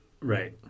Right